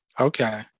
Okay